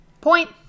Point